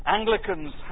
Anglicans